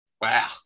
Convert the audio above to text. Wow